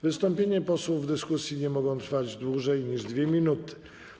Wystąpienia posłów w dyskusji nie mogą trwać dłużej niż 2 minuty.